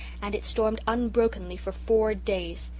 and it stormed unbrokenly for four days.